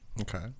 Okay